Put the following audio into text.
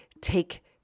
take